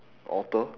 author